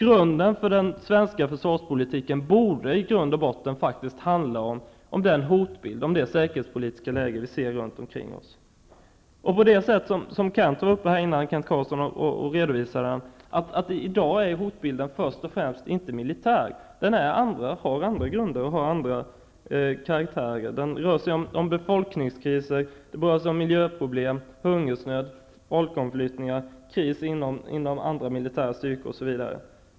Grunden för den svenska försvarspolitiken borde handla om den hotbild, det säkerhetspolitiska läge vi ser runt omkring oss. Kent Carlsson redovisade här förut att i dag är hotbilden inte främst militär. Den har andra grunder och karaktärer. Det rör sig om befolkningskriser, miljöproblem, hungersnöd, folkomflyttningar, kris inom andra militära styrkor osv.